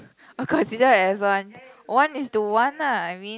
uh considered as one one is to one lah I mean